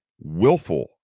willful